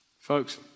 Folks